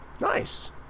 Nice